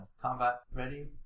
combat-ready